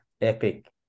epic